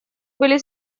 были